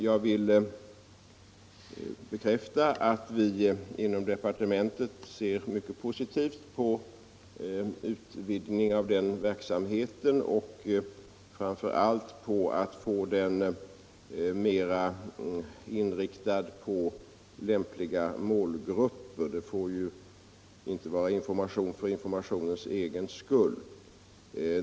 Jag vill bekräfta att vi inom departementet ser mycket positivt på en utvidgning av den verksamheten och framför allt på att få den mera inriktad på lämpliga målgrupper. Det skall ju inte vara fråga om en information för informationens egen skull.